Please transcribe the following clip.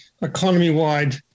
economy-wide